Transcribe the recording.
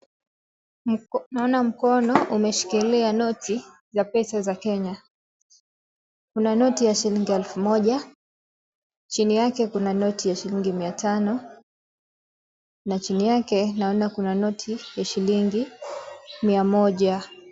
Naona mkono umeshikilia noti za pesa za Kenya. Kuna noti ya shilingi elfu moja. Chini yake kuna noti ya shilingi mia tano, na chini yake naona kuna noti ya shilingi mia moja.